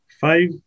five